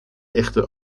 echte